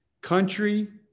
country